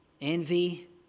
envy